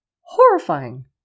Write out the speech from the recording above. horrifying